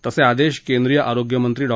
तसे आदेश केंद्रीय आरोग्यमंत्री डॉ